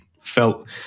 felt